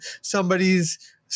somebody's